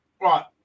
Right